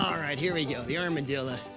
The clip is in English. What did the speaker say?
all right, here we go, the armadillo.